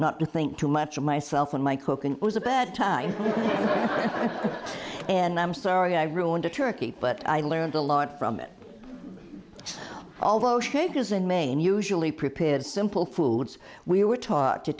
not to think too much of myself and my cooking was a bad time and i'm sorry i've ruined a turkey but i learned a lot from it although shakers in maine usually prepared simple foods we were taught to